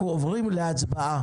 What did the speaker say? אנחנו עוברים להצבעה.